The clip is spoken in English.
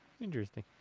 Interesting